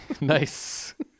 nice